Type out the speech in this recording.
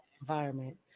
Environment